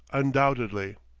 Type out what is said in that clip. undoubtedly.